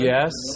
Yes